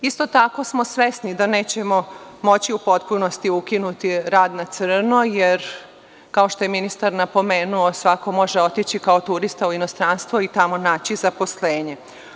Isto tako smo svesni da nećemo moći u potpunosti ukinuti rad na crno, jer kao što je ministar napomenuo, svako može otići kao turista u inostranstvo i tamo naći zaposlenje.